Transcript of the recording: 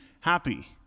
happy